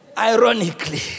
Ironically